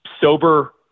sober